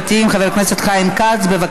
העלאת סכום הקצבה המשולמת לשוהה במוסד),